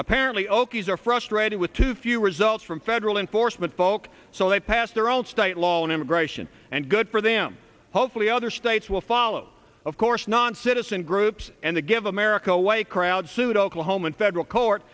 apparently okies are frustrated with too few results from federal enforcement broke so they pass their own state law on immigration and good for them hopefully other states will follow of course non citizen groups and to give america a white crowd sued oklahoman federal court